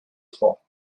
trois